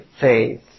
faith